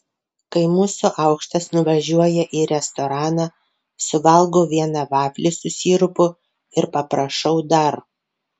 kai mūsų aukštas nuvažiuoja į restoraną suvalgau vieną vaflį su sirupu ir paprašau dar